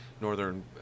Northern